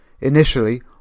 Initially